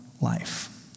life